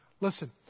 Listen